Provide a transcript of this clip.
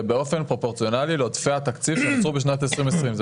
זה באופן פרופורציונאלי לעודפי התקציב שנותרו בשנת 2020. זה